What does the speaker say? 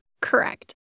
Correct